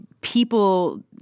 people